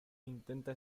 intenta